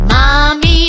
Mommy